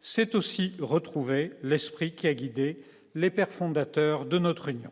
c'est aussi retrouver l'esprit qui a guidé les pères fondateurs de notre union